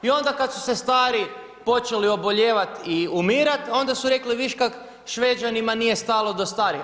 I onda kada su stari počeli obolijevat i umirat onda su rekli viš kak Šveđanima nije stalo do starih.